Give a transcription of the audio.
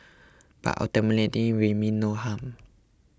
but ultimately we mean no harm